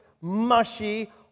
mushy